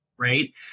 Right